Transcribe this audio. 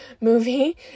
movie